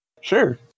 Sure